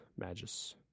Magus